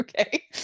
Okay